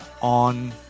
on